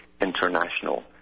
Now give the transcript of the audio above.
international